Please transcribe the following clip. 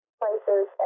places